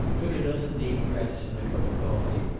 took a dozen deep breaths and a cup of coffee,